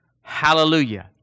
Hallelujah